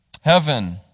Heaven